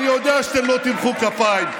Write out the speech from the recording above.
אני יודע שאתם לא תמחאו כפיים,